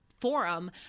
forum